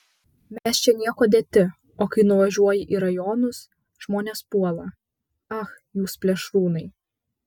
mes čia niekuo dėti o kai nuvažiuoji į rajonus žmonės puola ach jūs plėšrūnai